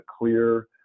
clear